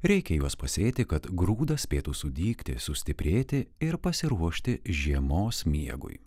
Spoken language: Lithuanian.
reikia juos pasėti kad grūdas spėtų sudygti sustiprėti ir pasiruošti žiemos miegui